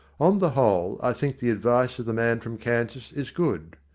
on the whole, i think the advice of the man from kansas is good.